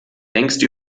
längst